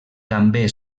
també